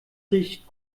riecht